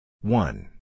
one